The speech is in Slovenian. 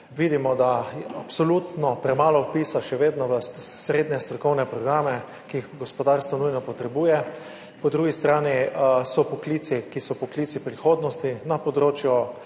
vidimo, da je še vedno absolutno premalo vpisa v srednje strokovne programe, ki jih gospodarstvo nujno potrebuje, po drugi strani so poklici, ki so poklici prihodnosti na področju